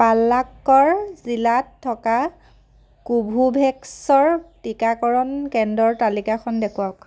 পালাক্কড় জিলাত থকা কোভোভেক্সৰ টিকাকৰণ কেন্দ্ৰৰ তালিকাখন দেখুৱাওক